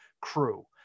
crew